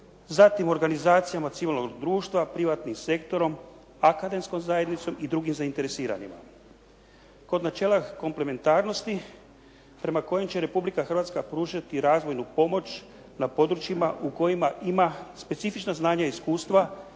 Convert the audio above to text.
zatim organizacijama civilnog društva, privatnim sektorom, akademskom zajednicom i drugim zainteresiranima. Kod načela komplementarnosti prema kojim će Republika Hrvatska pružati razvojnu pomoć na područjima u kojima ima specifična znanja i iskustva